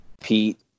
Pete